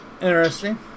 Interesting